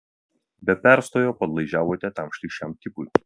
be perstojo padlaižiavote tam šlykščiam tipui